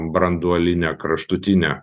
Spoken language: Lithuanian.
branduoline kraštutine